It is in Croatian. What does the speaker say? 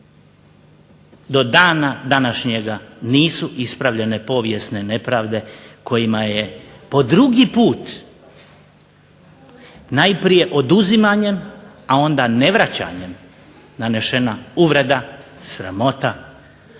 Do dana današnjega nisu ispravljene povijesne nepravde kojima je po drugi put najprije oduzimanjem a onda ne vraćanjem nanešena uvreda, sramota. A nama